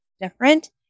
different